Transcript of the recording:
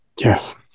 yes